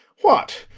what,